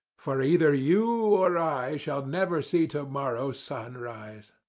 for either you or i shall never see to-morrow's sun rise